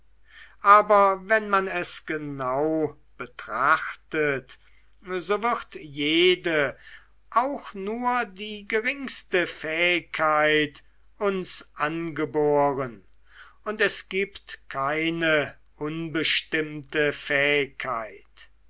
aber wenn man es genau betrachtet so wird jede auch nur die geringste fähigkeit uns angeboren und es gibt keine unbestimmte fähigkeit